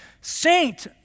saint